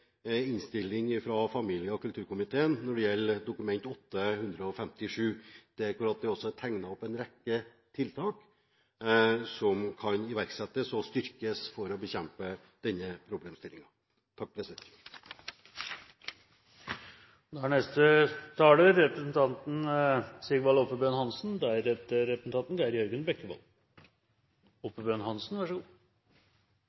fra familie- og kulturkomiteen når det gjelder Dokument nr. 8:157 for 2010–2011, der det er tegnet opp en rekke tiltak som kan iverksettes og styrkes for å bekjempe